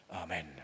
Amen